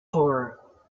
horror